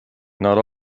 not